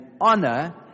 honor